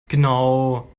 genau